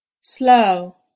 Slow